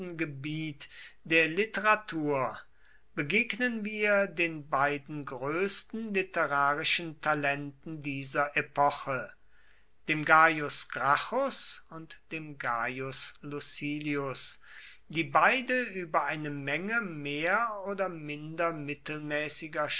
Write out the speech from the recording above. gebiet der literatur begegnen wir den beiden größten literarischen talenten dieser epoche dem gaius gracchus und dem gaius lucilius die beide über eine menge mehr oder minder mittelmäßiger